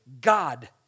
God